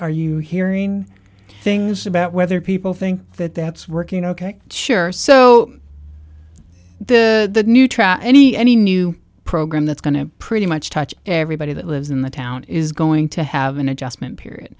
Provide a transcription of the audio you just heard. are you hearing things about whether people think that that's working ok sure so the new track any any new program that's going to pretty much touch everybody that lives in the town is going to have an adjustment period